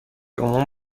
عموم